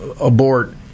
abort